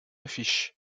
affiches